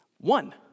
One